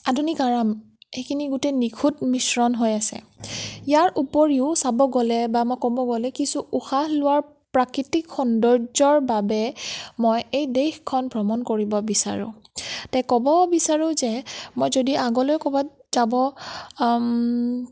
আধুনিক আৰাম সেইখিনি গোটেই নিখুত মিশ্ৰণ হৈ আছে ইয়াৰ উপৰিও চাব গ'লে বা মই ক'ব গ'লে কিছু উশাহ লোৱাৰ প্ৰাকৃতিক সৌন্দৰ্য্য়ৰ বাবে মই এই দেশখন ভ্ৰমণ কৰিব বিচাৰোঁ তে ক'ব বিচাৰোঁ যে মই যদি আগলৈ কৰ'বাত যাব